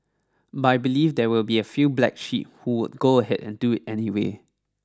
but I believe there will be a few black sheep who would go ahead and do it anyway